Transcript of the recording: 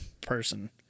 person